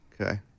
Okay